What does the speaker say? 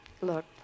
Look